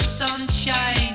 sunshine